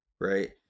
right